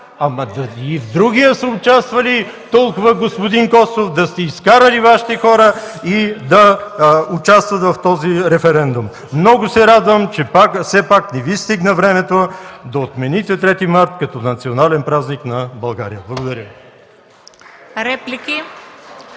Ама дали и в другия са участвали толкова, господин Костов? Да сте изкарали Вашите хора и да участват в този референдум. Много се радвам, че все пак не Ви стигна времето да отмените Трети март като Национален празник на България. Благодаря.